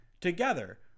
together